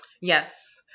Yes